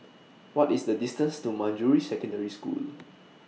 What IS The distance to Manjusri Secondary School